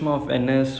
oh